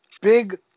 big